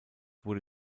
wurde